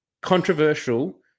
Controversial